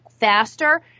faster